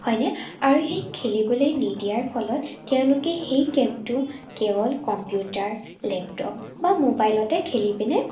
হয়নে আৰু সেই খেলিবলৈ নিদিয়াৰ ফলত তেওঁলোকে সেই গেমটো কেৱল কম্পিউটাৰ লেপটপ বা মোবাইলতে খেলি পিনে